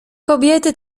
kobiety